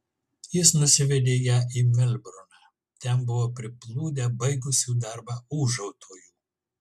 jis nusivedė ją į melburną ten buvo priplūdę baigusių darbą ūžautojų